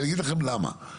אני אגיד לכם למה.